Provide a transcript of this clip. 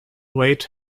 wade